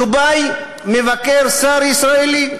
דובאי, מבקר שר ישראלי.